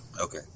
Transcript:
Okay